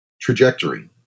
trajectory